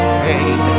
pain